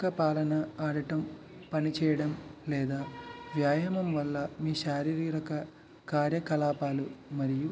కుక్క పాలనా ఆడటం పనిచేయడం లేదా వ్యాయాయం వల్ల మీ శారీరక కార్యకలాపాలు మరియు